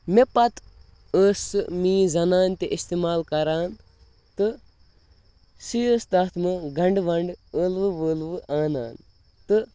مےٚ پَتہٕ ٲس سُہ میٛٲنۍ زَنان تہِ اِستعمال کَران تہٕ سُہ ٲس تَتھ منٛز گَنٛڈٕ وَنٛڈٕ ٲلوٕ وٲلوٕ آنان تہٕ